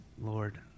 Lord